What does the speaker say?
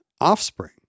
offspring